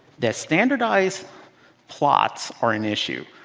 that standardize plots are an issue.